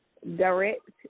direct